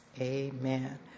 amen